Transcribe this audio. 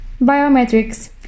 biometrics